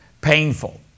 painful